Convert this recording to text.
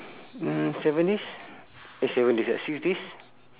mm seven days eh seven days uh six days